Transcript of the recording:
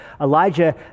Elijah